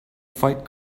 fight